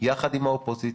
יחד עם האופוזיציה,